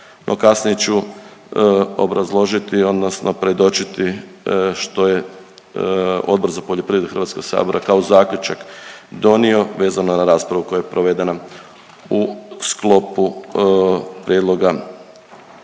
kasnije ću obrazložiti odnosno predočiti što je Odbor za poljoprivredu HS kao zaključak donio vezano za raspravu koja je provedena u sklopu prijedloga dakle